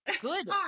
good